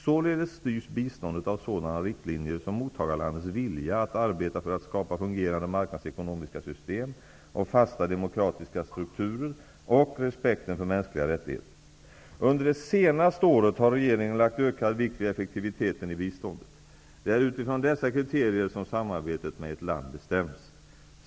Således styrs biståndet av sådana riktlinjer som mottagarlandets vilja att arbeta för att skapa fungerande marknadsekonomiska system, fasta demokratiska strukturer och respekten för mänskliga rättigheter. Under det senaste året har regeringen lagt ökad vikt vid effektiviteten i biståndet. Det är utifrån dessa kriterier som samarbetet med ett land bestäms.